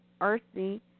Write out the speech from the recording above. RC